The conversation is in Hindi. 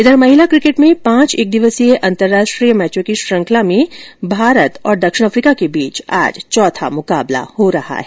इघर महिला क्रिकेट में पांच एक दिवसीय अंतर्राष्ट्रीय मैचों की श्रृंखला में भारत और दक्षिण अफ्रिका के बीच आज चौथा मुकाबला हो रहा है